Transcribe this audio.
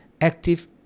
active